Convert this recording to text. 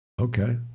Okay